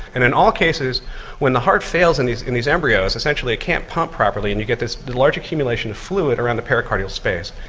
and in all cases when the heart fails in these in these embryos essentially it can't pump properly and you get this large accumulation of fluid around the pericardial space.